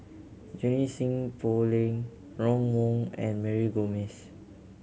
Junie Sng Poh Leng Ron Wong and Mary Gomes